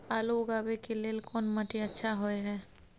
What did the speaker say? आलू उगाबै के लेल कोन माटी अच्छा होय है?